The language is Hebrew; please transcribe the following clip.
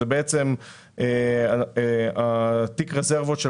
תיק רזרבות,